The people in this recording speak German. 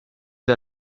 der